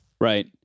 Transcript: Right